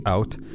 Out